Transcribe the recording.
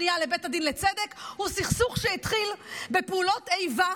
פנייה לבית הדין לצדק הוא סכסוך שהתחיל בפעולות איבה